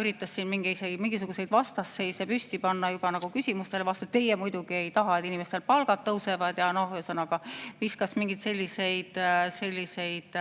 üritas siin mingisuguseid vastasseise püsti panna juba küsimustele vastates. "Teie muidugi ei taha, et inimestel palgad tõusevad." Ühesõnaga viskas mingeid selliseid